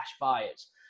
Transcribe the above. buyers